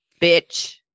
Bitch